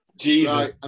Jesus